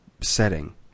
setting